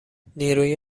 نیروی